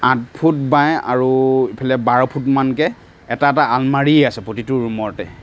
আঠ foot by আৰু ইফালে বাৰ ফুট মানকৈ এটা এটা আলমাৰীয়ে আছে প্ৰতিটো ৰুমতে